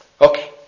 Okay